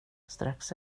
strax